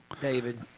David